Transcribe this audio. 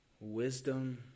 wisdom